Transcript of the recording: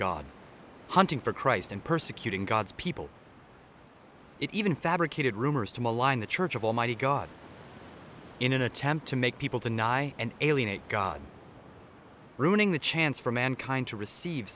god hunting for christ and persecuting god's people it even fabricated rumors to malign the church of almighty god in an attempt to make people to ny and alienate god ruining the chance for mankind to receive